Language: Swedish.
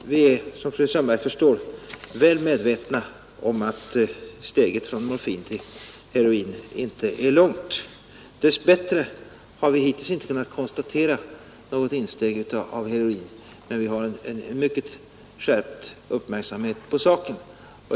Vi är, som fru Sundberg förstår, väl medvetna om att steget från morfin till heorin inte är långt. Dess bättre har vi hittills inte kunnat konstatera något insteg av heorin. Men vi har en mycket skärpt uppmärksamhet på saken.